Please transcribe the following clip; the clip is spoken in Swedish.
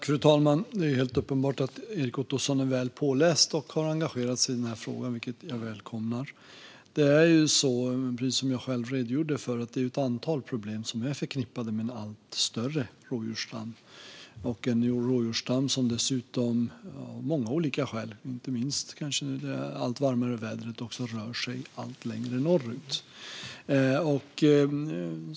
Fru talman! Det är helt uppenbart att Erik Ottoson är väl påläst och har engagerat sig i den här frågan, vilket jag välkomnar. Det finns ju, precis som jag själv redogjorde för, ett antal problem som är förknippade med en allt större rådjursstam. Det är dessutom en rådjursstam som av många olika skäl, inte minst på grund av det allt varmare vädret, rör sig allt längre norrut.